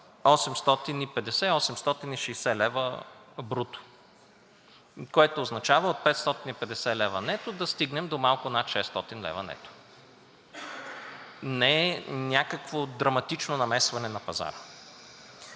850 – 860 лв. бруто, което означава от 550 лв. нето, да стигнем до малко над 600 лв. нето. Не е някакво драматично намесване на пазара.